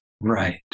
Right